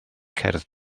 cerdd